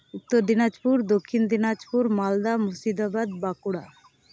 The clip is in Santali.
ᱩᱛᱛᱚᱨ ᱫᱤᱱᱟᱡᱯᱩᱨ ᱫᱚᱠᱷᱤᱱ ᱫᱤᱱᱟᱡᱯᱩᱨ ᱢᱟᱞᱫᱟ ᱢᱩᱨᱥᱤᱫᱟᱵᱟᱫ ᱵᱟᱸᱠᱩᱲᱟ